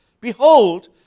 Behold